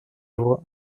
его